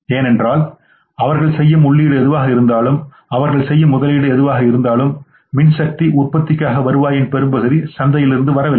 என்னவென்றால் அவர்கள் செய்யும் உள்ளீடு எதுவாக இருந்தாலும் அவர்கள் செய்யும்முதலீடுஎதுவாக இருந்தாலும் மின்சக்தி உற்பத்திக்காக வருவாயின் பெரும்பகுதி சந்தையிலிருந்து வரவில்லை